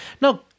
Now